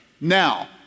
Now